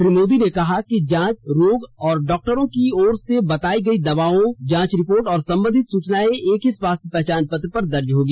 श्री मोदी ने कहा कि जांच रोग डॉक्टरों की ओर से बताई गयी दवाइयां जांच रिपोर्ट और संबंधित सुचना एक ही स्वास्थ्य पहचान पत्र पर दर्ज होगी